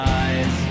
eyes